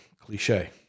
Cliche